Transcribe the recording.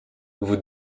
vous